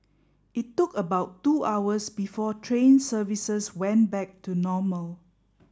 it took about two hours before train services went back to normal